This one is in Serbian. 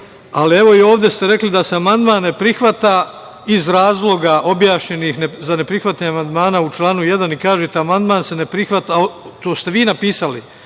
trpi. Evo, i ovde ste rekli da se amandman ne prihvata iz razloga objašnjenih za neprihvatanje amandmana u članu 1. i kažete – amandman se ne prihvata, to ste vi napisali,